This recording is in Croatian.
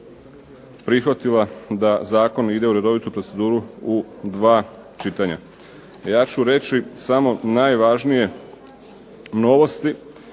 prihvatila da zakon ide u redovitu proceduru u dva čitanja. Ja ću reći samo najvažnije novosti